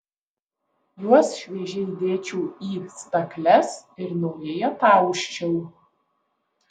juos šviežiai dėčiau į stakles ir naujai atausčiau